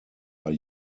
are